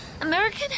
American